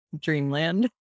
dreamland